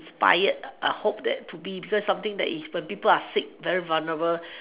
inspired I hope that to be because something that is when people are sick very vulnerable